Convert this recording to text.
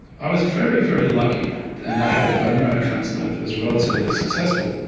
i was very, very lucky and i had a bone marrow transplant that was relatively successful.